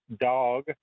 dog